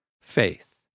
faith